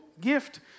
gift